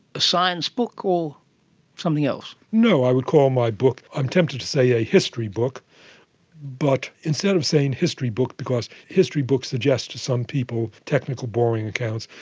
a science book or something else? no, i would call my book, i'm tempted to say a history book but instead of saying history book, because history books suggest to some people technical boring accounts,